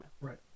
Right